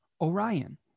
Orion